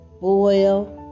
boil